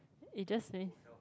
they just sauy